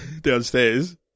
downstairs